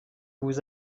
vous